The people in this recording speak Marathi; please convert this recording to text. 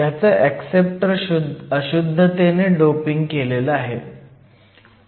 ह्याचं ऍक्सेप्टर अशुद्धतेने डोपिंग केलेलं आहे